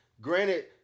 Granted